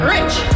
Rich